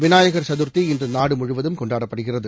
விநாயகர் சதுர்த்தி இன்று நாடு முழுவதும் கொண்டாடப்படுகிறது